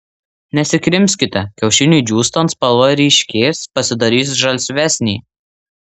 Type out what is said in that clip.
nesikrimskite kiaušiniui džiūstant spalva ryškės pasidarys žalsvesnė